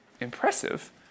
impressive